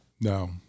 No